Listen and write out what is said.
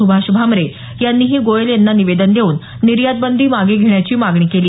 सुभाष भामरे यांनीही गोयल यांना निवेदन देऊन निर्यात बंदी मागे घेण्याची मागणी केली